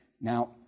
Now